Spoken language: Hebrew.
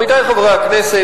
עמיתי חברי הכנסת,